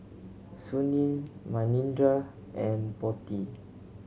Sunil Manindra and Potti